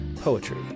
poetry